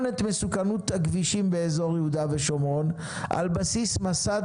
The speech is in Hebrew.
את מסוכנות הכבישים באזור יהודה ושומרון על בסיס מסד